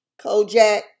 Kojak